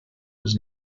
his